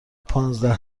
پانزده